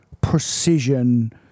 precision